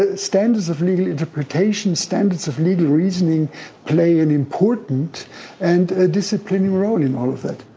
ah standards of legal interpretation, standards of legal reasoning play an important and a disciplining role in all of that.